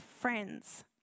friends